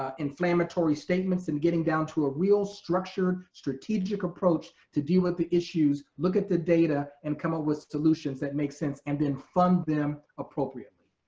ah inflammatory statements and getting down to a real structure, strategic approach to deal with the issues, look at the data and come up ah with solutions that makes sense and then fund them appropriately.